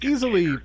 Easily